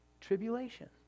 tribulation